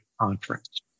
conference